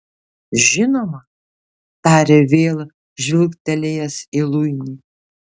žinoma tarė vėl žvilgtelėjęs į luinį